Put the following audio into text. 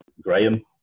Graham